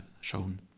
shown